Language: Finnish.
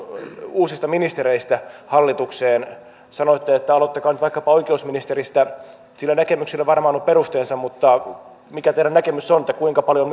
uusista ministereistä hallitukseen sanoitte että aloittakaa nyt vaikkapa oikeusministeristä sille näkemykselle varmaan on perusteensa mutta mikä teidän näkemys on kuinka paljon